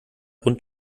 und